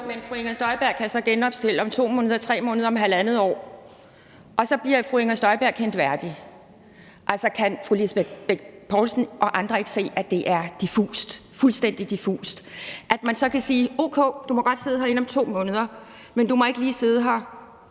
men fru Inger Støjberg kan så genopstille om 2 måneder, om 3 måneder eller om halvandet år, og så bliver fru Inger Støjberg kendt værdig. Altså, kan fru Lisbeth Bech-Nielsen og andre ikke se, at det er fuldstændig diffust, at man så kan sige: O.k., du må godt sidde herinde om 2 måneder, men du må ikke lige sidde her